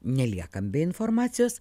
neliekam be informacijos